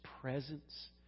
presence